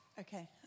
Okay